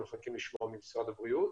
ואנחנו מחכים לשמוע ממשרד הבריאות.